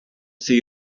see